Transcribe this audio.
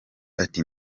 ati